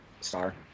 Star